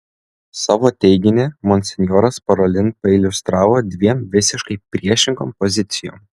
savo teiginį monsinjoras parolin pailiustravo dviem visiškai priešingom pozicijom